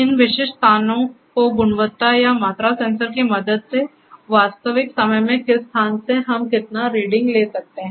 इन विशिष्ट स्थानों को गुणवत्ता या मात्रा सेंसर की मदद से वास्तविक समय में किस स्थान से हम कितना रीडिंग ले सकते हैं